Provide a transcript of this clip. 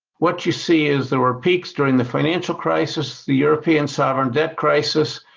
what you see is there were peaks during the financial crisis, the european sovereign debt crisis,